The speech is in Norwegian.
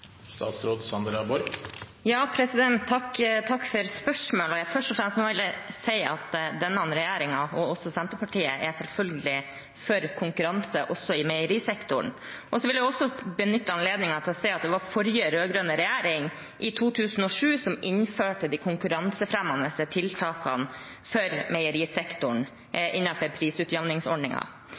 for spørsmålet. Først og fremst vil jeg si at denne regjeringen, og også Senterpartiet, selvfølgelig er for konkurranse i meierisektoren. Jeg vil også benytte anledningen til å si at det var den forrige rød-grønne regjeringen som i 2007 innførte de konkurransefremmende tiltakene for meierisektoren,